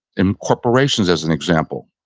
in corporations, as an example,